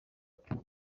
ukuri